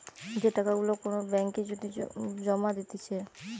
যে টাকা গুলা কোন ব্যাঙ্ক এ যদি জমা দিতেছে